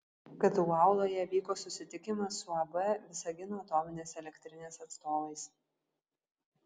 ktu auloje vyko susitikimas su uab visagino atominės elektrinės atstovais